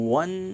one